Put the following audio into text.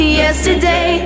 yesterday